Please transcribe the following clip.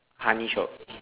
honey shop